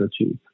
achieve